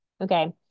okay